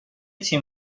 تیم